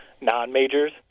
non-majors